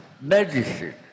medicine